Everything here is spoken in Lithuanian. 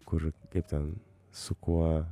kur kaip ten su kuo